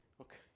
okay